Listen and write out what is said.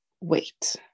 wait